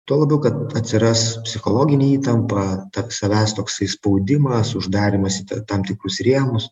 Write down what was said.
tuo labiau kad atsiras psichologinė įtampa toks savęs toksai spaudimas uždarymas tam tikrus rėmus